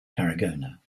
tarragona